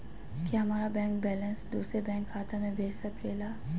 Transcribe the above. क्या हमारा bank balance दूसरे बैंक खाता में भेज सके ला?